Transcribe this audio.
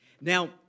Now